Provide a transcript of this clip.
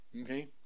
okay